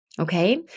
okay